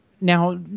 Now